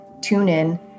TuneIn